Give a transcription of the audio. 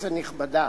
כנסת נכבדה,